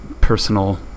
personal